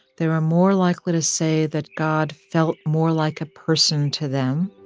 they were more likely to say that god felt more like a person to them,